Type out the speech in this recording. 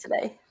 today